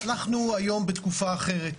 אנחנו היום בתקופה אחרת,